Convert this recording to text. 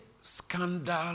scandal